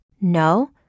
No